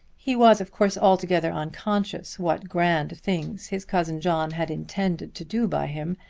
he was of course altogether unconscious what grand things his cousin john had intended to do by him,